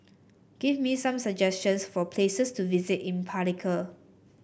give me some suggestions for places to visit in Palikir